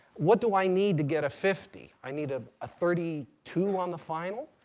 what do i need to get a fifty? i need ah a thirty two on the final?